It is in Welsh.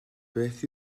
beth